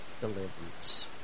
deliverance